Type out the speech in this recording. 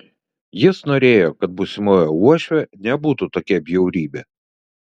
jis norėjo kad būsimoji uošvė nebūtų tokia bjaurybė